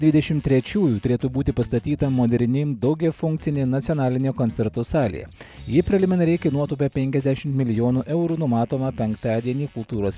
dvidešim trečiųjų turėtų būti pastatyta moderni daugiafunkcinė nacionalinė koncertų salė ji preliminariai kainuotų apie penkiasdešim milijonų eurų numatoma penktadienį kultūros